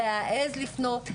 להעז לפנות,